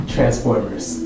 Transformers